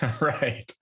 Right